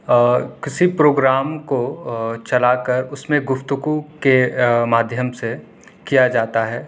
اور کسی پروگرام کو چلا کر اس میں گفتگو کے مادھیم سے کیا جاتا ہے